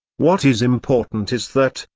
what is important is that,